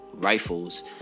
rifles